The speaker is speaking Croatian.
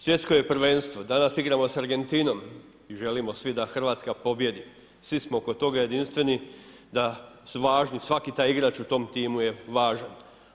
Svjetsko je prvenstvo, danas igramo sa Argentinom i želimo svi da Hrvatska pobijedi, svi smo oko toga jedinstveni da su važni svaki taj igrač u tom timu je važan.